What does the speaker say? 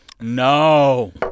No